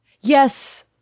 Yes